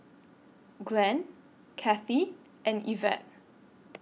Glenn Kathie and Evette